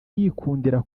yikundira